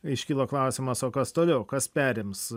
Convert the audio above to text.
iškilo klausimas o kas toliau kas perims